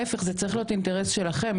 ההיפך, זה צריך להיות אינטרס שלכם.